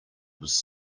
was